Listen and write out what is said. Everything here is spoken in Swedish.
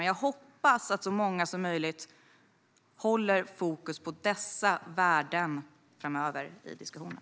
Men jag hoppas att så många som möjligt framöver håller fokus på dessa värden i diskussionen.